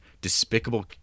despicable